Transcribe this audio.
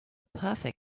perfect